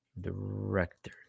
Director